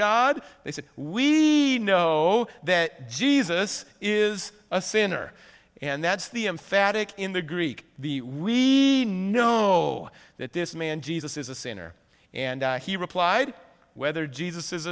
god they said we know that jesus is a sinner and that's the emphatic in the greek the we know that this man jesus is a sinner and he replied whether jesus